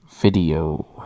video